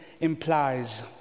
implies